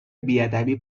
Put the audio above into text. بیادبی